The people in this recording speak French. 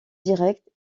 direct